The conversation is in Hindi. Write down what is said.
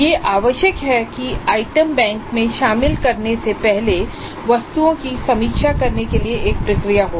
यह आवश्यक है कि आइटम बैंक में शामिल करने से पहले वस्तुओं की समीक्षा करने के लिए एक प्रक्रिया हो